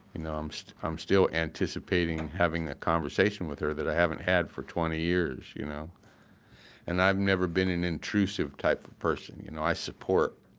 um so i'm still anticipating having the conversation with her that i haven't had for twenty years. you know and i've never been an intrusive type of person. you know i support,